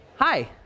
Hi